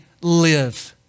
live